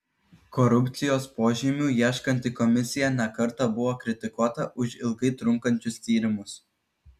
korupcijos požymių ieškanti komisija ne kartą buvo kritikuota už ilgai trunkančius tyrimus